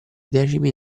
decimi